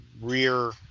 rear